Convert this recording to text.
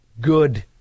Good